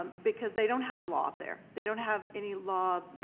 um because they don't have a law up there. they don't have any law,